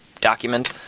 document